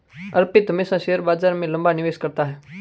अर्पित हमेशा शेयर बाजार में लंबा निवेश करता है